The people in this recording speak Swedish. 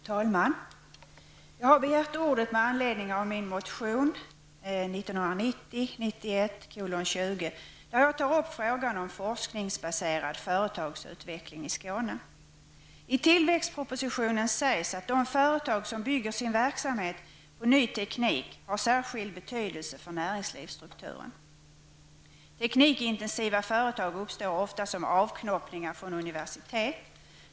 Fru talman! Jag har begärt ordet med anledning av min motion 1990/91:20, där jag tar upp frågan om forskningsbaserad företagsutveckling i Skåne. I tillväxtpropositionen sägs att de företag som bygger sin verksamhet på ny teknik har särskild betydelse för näringslivsstrukturen. Teknikintensiva företag uppstår ofta som avknoppningar från universitet.